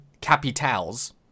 Capitals